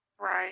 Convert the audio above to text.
Right